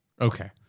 Okay